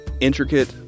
intricate